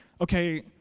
okay